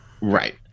Right